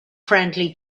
friendly